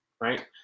right